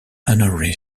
honorary